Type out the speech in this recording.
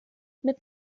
mit